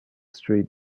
street